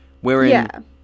wherein